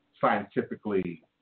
scientifically